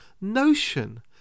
notion